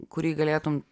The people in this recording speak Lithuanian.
kurį galėtum